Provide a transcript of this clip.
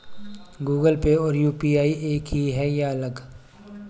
Google Pay और UPI एक ही है या अलग?